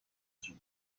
جون